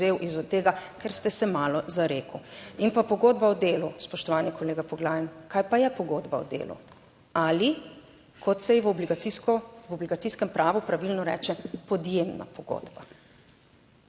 iz tega, ker ste se malo zarekel. In pa pogodba o delu, spoštovani kolega Poglajen, kaj pa je pogodba o delu? Ali kot se ji v obligacijskem pravu pravilno reče, podjemna pogodba.